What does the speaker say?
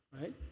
right